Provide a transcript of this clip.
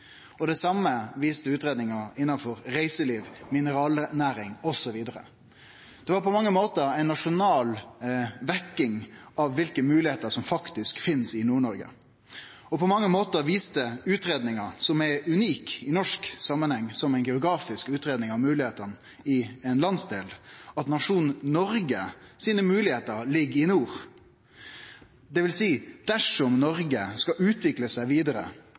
Det same viste utgreiinga innanfor reiseliv, mineralnæring osv. Det var på mange måtar ei nasjonal vekking av kva for moglegheiter som faktisk finst i Nord-Noreg. På mange måtar viste utgreiinga, som er unik i norsk samanheng som ei geografisk utgreiing av moglegheitene i ein landsdel, at nasjonen Noreg sine moglegheiter ligg i nord, dvs. dersom Noreg skal utvikle seg vidare.